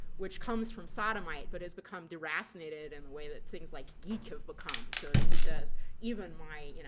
which comes from sodomite, but has become deracinated in the way that things like geek have become. so that he says even my you know